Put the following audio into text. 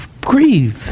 grieve